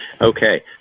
Okay